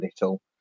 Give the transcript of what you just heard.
Little